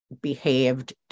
behaved